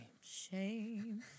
Shame